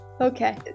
Okay